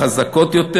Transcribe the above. החזקות יותר.